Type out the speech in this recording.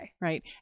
Right